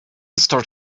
start